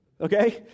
Okay